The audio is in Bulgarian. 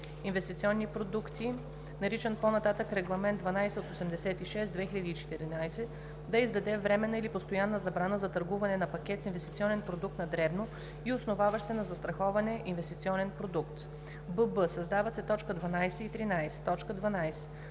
9 декември 2014 г.), наричан по-нататък „Регламент (ЕС) № 1286/2014“, да издаде временна или постоянна забрана за търгуване на пакет с инвестиционен продукт на дребно и основаващ се на застраховане инвестиционен продукт“; бб) създават се т. 12 и 13: „12.